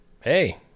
Hey